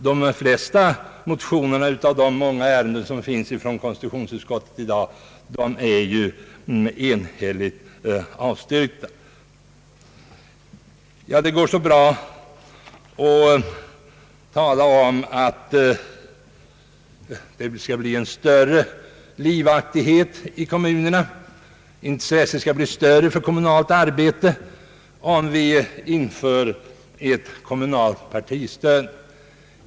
De flesta motioner i de många ärenden som föreligger från konstitutionsutskottet i dag är ju enhälligt avstyrkta. Det är lätt att tala om att det skall bli en större livaktighet i kommunerna och att intresset för kommunalt arbete skall bli större, om vi inför ett kommunalt partistöd.